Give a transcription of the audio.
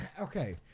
Okay